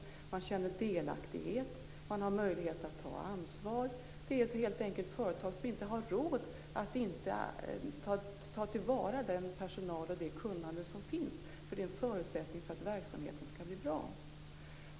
Vidare känner man delaktighet. Man har möjlighet att ta ansvar. Det är helt enkelt fråga om företag som inte har råd att inte ta till vara personalen och det kunnande som finns, för det är en förutsättning för att verksamheten skall bli bra.